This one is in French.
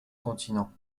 continents